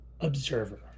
observer